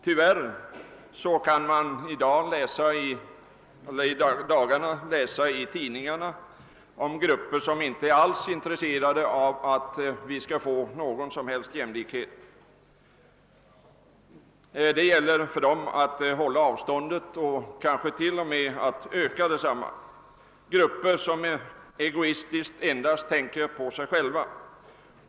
Tyvärr kan man i dagarna läsa i tidningarna om grupper som inte alls är intresserade av att det skall bli någon som helst jämlikhet; för dem gäller det att hålla avståndet och kanske t.o.m. öka det. Sådana grupper tänker bara på sig själva.